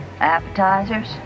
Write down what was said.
Appetizers